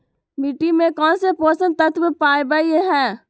मिट्टी में कौन से पोषक तत्व पावय हैय?